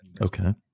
Okay